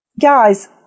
Guys